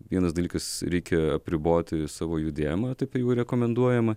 vienas dalykas reikia apriboti savo judėjimą taip jau rekomenduojama